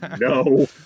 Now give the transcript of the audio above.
no